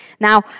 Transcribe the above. now